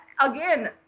again